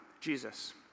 Jesus